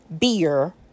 beer